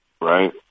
right